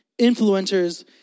Influencers